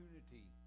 opportunity